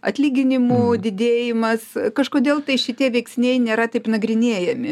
atlyginimų didėjimas kažkodėl tai šitie veiksniai nėra taip nagrinėjami